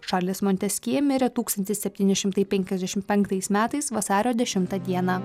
šarlis monteskjė mirė tūkstantis septyni šimtai penkiasdešimt penktais metais vasario dešimtą dieną